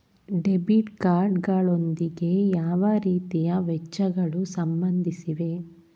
Debit card ಗಳೊಂದಿಗೆ ಯಾವ ರೀತಿಯ ವೆಚ್ಚಗಳು ಸಂಬಂಧಿಸಿವೆ?